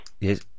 Yes